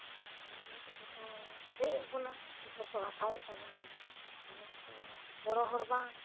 ᱚᱱᱟᱛᱮ ᱥᱟᱱᱟᱢ ᱱᱤᱛᱳᱜ ᱫᱚᱠᱚ ᱨᱮᱡ ᱮᱫ ᱵᱚᱱᱟ ᱡᱚᱛᱚ ᱠᱚ ᱦᱟᱛᱟᱣᱮᱫ ᱛᱟᱵᱚᱱᱟ ᱟᱵᱚ ᱢᱟᱛᱚ ᱜᱚᱲᱚ ᱦᱚᱲ ᱵᱟᱝ